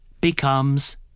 becomes